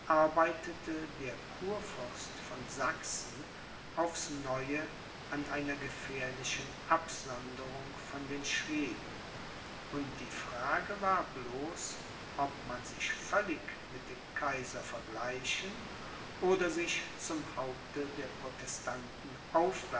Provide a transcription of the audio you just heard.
arbeitete der kurfürst von sachsen aufs neue an einer gefährlichen absonderung von den schweden und die frage war bloß ob man sich völlig mit dem kaiser vergleichen oder sich zum haupte der protestanten